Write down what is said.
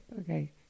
okay